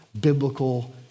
biblical